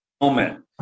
moment